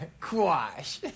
Quash